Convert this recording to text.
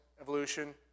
evolution